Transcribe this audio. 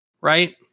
right